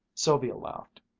sylvia laughed.